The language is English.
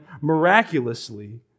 miraculously